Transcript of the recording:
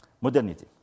Modernity